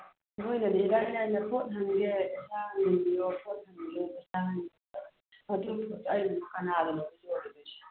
ꯅꯣꯏꯅꯗꯤ ꯏꯂꯥꯏ ꯂꯥꯏꯅ ꯄꯣꯠ ꯍꯟꯒꯦ ꯄꯩꯁꯥ ꯍꯟꯖꯟꯕꯤꯌꯣ ꯄꯣꯠ ꯍꯟꯕꯤꯌꯣ ꯑꯗꯨꯕꯨ ꯑꯩꯅ ꯀꯅꯥꯗꯅꯣꯕ ꯌꯣꯜꯂꯨꯗꯣꯏꯁꯦ